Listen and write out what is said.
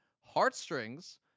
Heartstrings